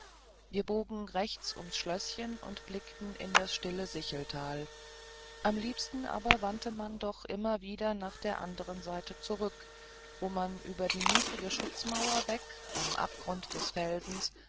wir bogen rechts ums schlößchen und blickten in das stille sicheltal am liebsten aber wandte man doch immer wieder nach der andern seite zurück wo man über die niedrige schutzmauer weg am abgrund des felsen